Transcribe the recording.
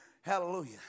Hallelujah